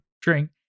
drink